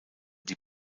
die